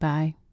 Bye